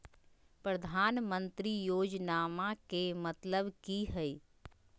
प्रधानमंत्री योजनामा के मतलब कि हय?